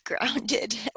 grounded